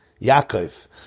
Yaakov